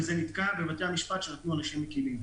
וזה נתקע בבתי המשפט שנתנו עונשים מקלים.